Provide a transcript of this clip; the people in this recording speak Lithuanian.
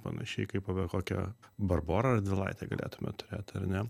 panašiai kaip apie kokią barborą radvilaitę galėtume turėt ar ne